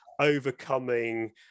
overcoming